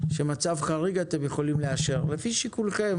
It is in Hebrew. שמצב חריג אתם יכולים לאשר לפי שיקולכם.